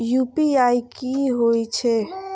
UPI की होई छै?